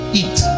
eat